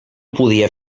podia